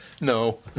No